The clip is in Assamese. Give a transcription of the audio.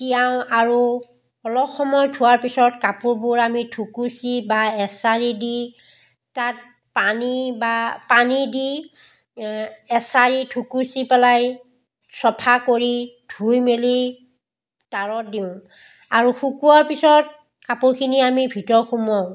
তিয়াওঁ আৰু অলপ সময় থোৱাৰ পিছত কাপোৰবোৰ আমি থুকুচি বা এচাৰি দি তাত পানী বা পানী দি এচাৰি থুকুচি পেলাই চাফা কৰি ধুই মেলি তাঁৰত দিওঁ আৰু শুকুৱাৰ পিছত কাপোৰখিনি আমি ভিতৰ সুমুৱাওঁ